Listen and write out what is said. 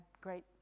great